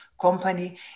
company